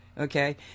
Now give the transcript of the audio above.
okay